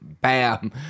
bam